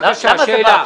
בבקשה, שאלה.